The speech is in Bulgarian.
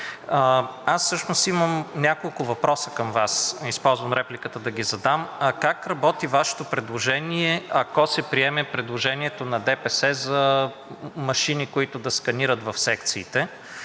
Аз всъщност имам няколко въпроса към Вас и използвам репликата да ги задам. Как работи Вашето предложение, ако се приеме предложението на ДПС за машини, които да сканират в секциите?